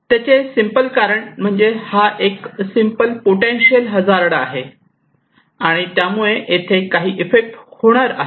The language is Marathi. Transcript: त्याचे सिंपल कारण म्हणजे हा एक सिम्पल पोटेन्शियल हजार्ड आहे आणि त्यामुळे येथे काही इफेक्ट होणार आहे